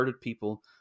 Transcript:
people